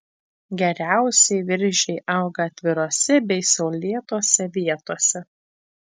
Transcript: geriausiai viržiai auga atvirose bei saulėtose vietose